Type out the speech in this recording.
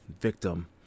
victim